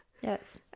yes